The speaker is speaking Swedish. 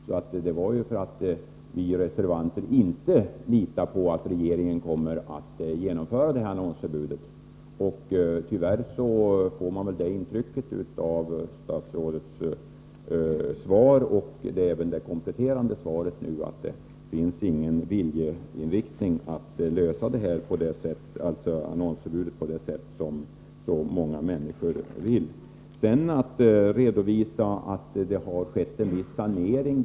Vi reserverade oss alltså därför att vi inte litar på att regeringen kommer att genomföra detta annonsförbud. Tyvärr får man det intrycket av statsrådets första svar och även av det kompletterade svaret, att det inte finns någon viljeinriktning att lösa frågan om annonsförbud på det sätt som så många människor vill. Självfallet kan man redovisa att det har skett en viss sanering.